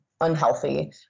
unhealthy